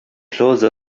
close